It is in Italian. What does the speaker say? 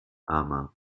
ama